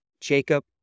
jacob